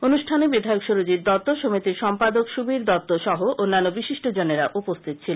অনুষ্ঠানে বিধায়ক সুরজিৎ দত্ত সমিতির সম্পাদক সুবীর দত্ত সহ অন্যান্য বিশিষ্টজনেরা উপস্থিত ছিলেন